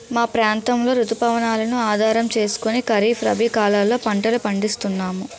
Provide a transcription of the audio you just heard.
మా ప్రాంతంలో రుతు పవనాలను ఆధారం చేసుకుని ఖరీఫ్, రబీ కాలాల్లో పంటలు పండిస్తున్నాము